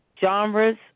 genres